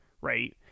right